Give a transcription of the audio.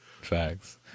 Facts